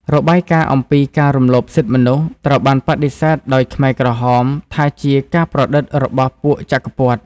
របាយការណ៍អំពីការរំលោភសិទ្ធិមនុស្សត្រូវបានបដិសេធដោយខ្មែរក្រហមថាជា «ការប្រឌិតរបស់ពួកចក្រពត្តិ»។